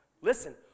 listen